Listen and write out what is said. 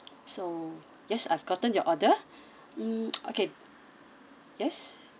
so yes I've gotten your order mm okay yes